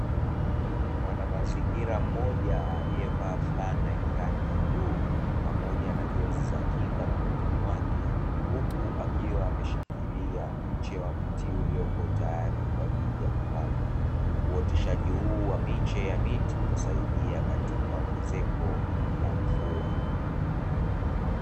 Mwanamazingira mmoja aliyevaa fulana yenye rangi ya bluu pamoja na jozi za kinga mkononi mwake. Huku akiwa ameshikilia mche wa mti ulioko tayari kwa ajili ya kupandwa. Uoteshaji huu wa miche ya miti utasaidia katika ongezeko la mvua.